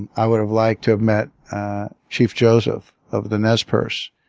and i would have liked to have met chief joseph of the nez perce.